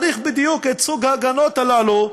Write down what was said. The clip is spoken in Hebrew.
צריך בדיוק את סוג ההגנות האלה,